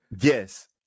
yes